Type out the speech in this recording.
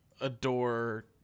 adore